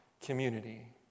community